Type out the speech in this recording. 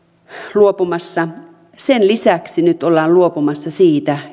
luopumassa sen lisäksi nyt ollaan luopumassa siitä